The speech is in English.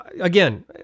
Again